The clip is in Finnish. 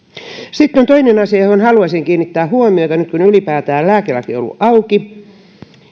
sitten toinen asia johon haluaisin kiinnittää huomiota nyt kun ylipäätään lääkelaki on ollut auki